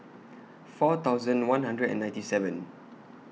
four thousand one hundred and ninety seven